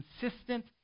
consistent